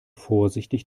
vorsichtig